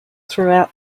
throughout